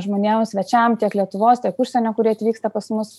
žmonėm svečiam tiek lietuvos tiek užsienio kurie atvyksta pas mus